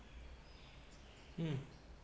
mm